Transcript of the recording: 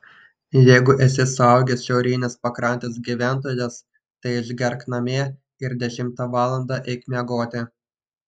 jeigu esi suaugęs šiaurinės pakrantės gyventojas tai išgerk namie ir dešimtą valandą eik miegoti